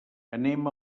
anem